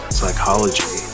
psychology